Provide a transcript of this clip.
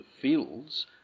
fields